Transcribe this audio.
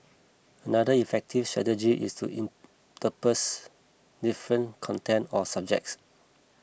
another effective strategy is to intersperse different content or subjects